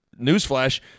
newsflash